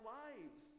lives